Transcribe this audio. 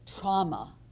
trauma